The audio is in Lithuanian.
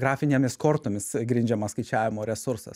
grafinėmis kortomis grindžiamas skaičiavimo resursas